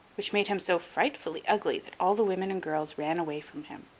which made him so frightfully ugly that all the women and girls ran away from him.